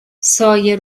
سایه